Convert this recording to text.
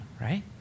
right